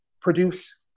produce